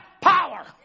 power